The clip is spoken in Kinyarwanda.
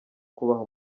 kubaha